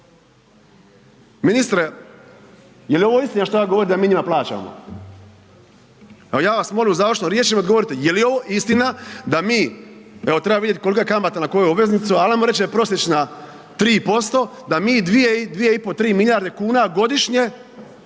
Ministre jeli ovo istina što ja govorim da mi njima plaćamo? Evo ja vas molim u završnoj riječi da mi odgovorite, jeli ovo istina da mi, evo trebamo vidjeti kolika je kamata na koju obveznicu, ali ajmo reći da je prosječna 3% da mi 2, 2,5, 3 milijarde kuna godišnje